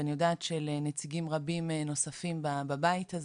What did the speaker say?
ואני יודעת שלנציגים רבים נוספים בבית הזה,